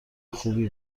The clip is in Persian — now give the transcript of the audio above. خوبی